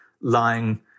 lying